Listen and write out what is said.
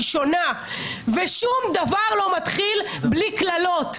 זה לא היה קיים באנגליה.